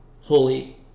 holy